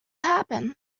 happen